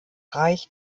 reich